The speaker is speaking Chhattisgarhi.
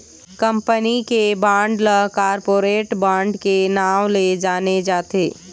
कंपनी के बांड ल कॉरपोरेट बांड के नांव ले जाने जाथे